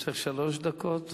לרשותך שלוש דקות.